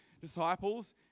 disciples